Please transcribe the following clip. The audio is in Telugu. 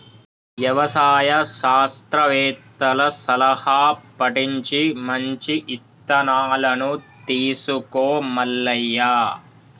యవసాయ శాస్త్రవేత్తల సలహా పటించి మంచి ఇత్తనాలను తీసుకో మల్లయ్య